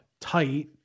tight